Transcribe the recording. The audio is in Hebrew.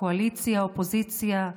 קואליציה אופוזיציה,